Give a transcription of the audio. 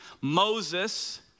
Moses